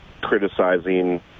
criticizing